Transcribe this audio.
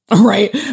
Right